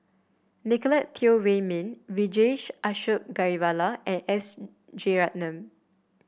Nicolette Teo Wei Min Vijesh Ashok Ghariwala and S Rajaratnam